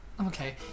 Okay